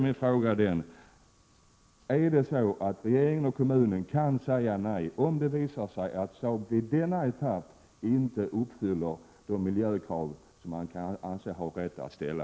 Min fråga är: Kan regeringen och kommunen säga nej, om det visar sig att Saab i denna etapp inte uppfyller de miljökrav som man kan anse sig ha rätt att ställa?